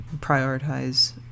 prioritize